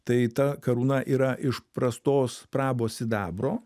tai ta karūna yra iš prastos prabos sidabro